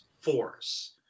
force